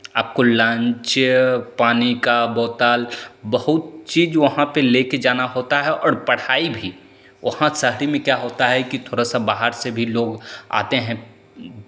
आपको लंच पानी का बोतल बहुत चीज़ वहाँ पे लेके जाना होता है और पढ़ाई भी वहाँ शहरी में क्या होता है कि थोड़ा सा बाहर से भी लोग आते हैं